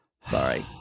Sorry